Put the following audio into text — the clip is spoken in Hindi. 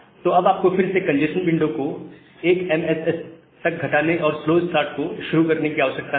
तो अब आपको फिर से कंजेस्शन विंडो को 1 MSS तक घटाने और स्लो स्टार्ट को शुरू करने की आवश्यकता नहीं है